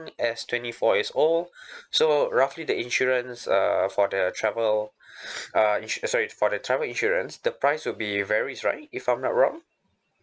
as twenty four years old so roughly the insurance uh for the travel uh sorry for the travel insurance the price will be varies right if I'm not wrong